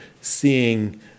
seeing